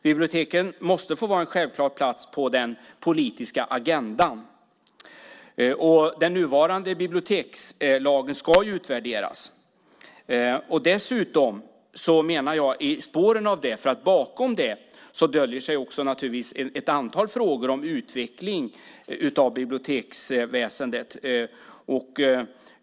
Biblioteken måste få vara en självklar plats på den politiska agendan. Den nuvarande bibliotekslagen ska utvärderas. Bakom detta döljer sig naturligtvis ett antal frågor om utveckling av biblioteksväsendet.